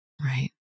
right